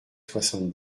soixante